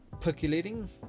percolating